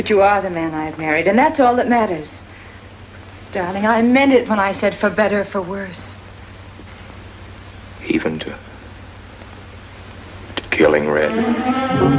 but you are the man i married and that's all that matters doubting i meant it when i said for better or for worse even to killing